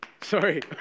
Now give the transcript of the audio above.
Sorry